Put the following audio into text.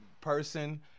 person